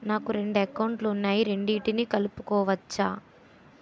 నాకు రెండు అకౌంట్ లు ఉన్నాయి రెండిటినీ కలుపుకోవచ్చా?